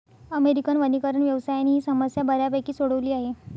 American वनीकरण व्यवसायाने ही समस्या बऱ्यापैकी सोडवली आहे